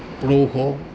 প্ৰৌঢ়